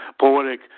Poetic